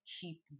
keep